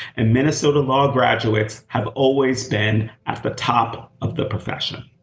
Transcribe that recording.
and minnesota law graduates have always been at the top of the profession,